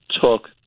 took